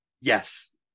Yes